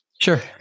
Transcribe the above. Sure